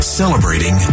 celebrating